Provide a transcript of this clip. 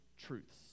truths